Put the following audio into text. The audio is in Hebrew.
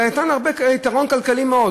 זה נתן יתרון כלכלי גדול מאוד.